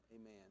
Amen